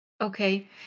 Okay